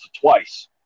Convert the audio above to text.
twice